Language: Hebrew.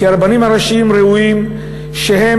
כי הרבנים הראשיים ראויים שהם,